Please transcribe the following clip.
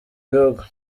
bihugu